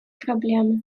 проблемы